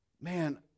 man